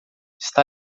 está